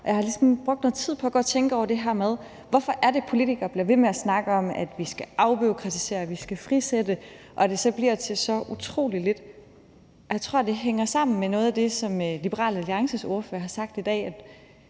brugt noget tid på at gå og tænke over det her med, hvorfor det er sådan, at politikere bliver ved med at snakke om, at vi skal afbureaukratisere og vi skal frisætte, og at det så bliver til så utrolig lidt. Jeg tror, det hænger sammen med noget af det, som Liberal Alliances ordfører har sagt i dag,